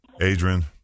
Adrian